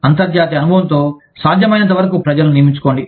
అంతర్జాతీయ అనుభవంతో సాధ్యమైనంతవరకు ప్రజలను నియమించుకోండి